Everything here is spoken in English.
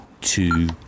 two